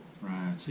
Right